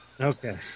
Okay